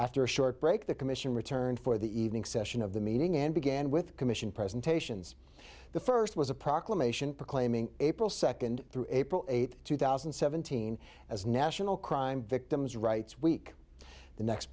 after a short break the commission returned for the evening session of the meeting and began with commission presentations the first was a proclamation proclaiming april second through april eighth two thousand and seventeen as national crime victims rights week the next